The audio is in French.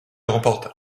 remporte